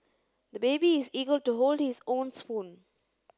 the baby is eager to hold his own spoon